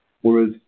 Whereas